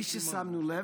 בלי ששמנו לב,